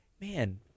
man